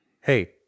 hey